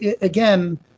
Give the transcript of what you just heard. again